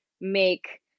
make